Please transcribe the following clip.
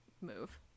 move